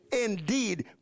indeed